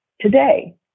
today